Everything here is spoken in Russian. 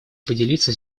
поделиться